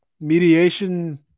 mediation